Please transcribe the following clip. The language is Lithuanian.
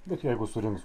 bet jeigu surinks